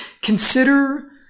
consider